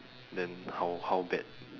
then how how bad